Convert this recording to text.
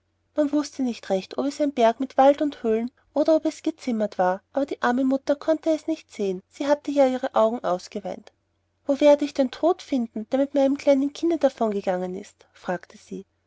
man wußte nicht recht ob es ein berg mit wald und höhlen oder ob es gezimmert war aber die arme mutter konnte es nicht sehen sie hatte ja ihre augen ausgeweint wo werde ich den tod finden der mit meinem kleinen kinde davongegangen ist fragte sie